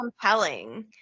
compelling